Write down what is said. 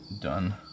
done